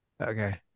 Okay